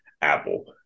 Apple